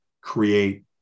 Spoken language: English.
create